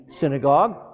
synagogue